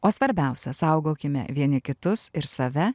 o svarbiausia saugokime vieni kitus ir save